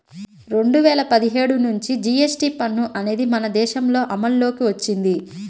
రెండు వేల పదిహేడు నుంచి జీఎస్టీ పన్ను అనేది మన దేశంలో అమల్లోకి వచ్చింది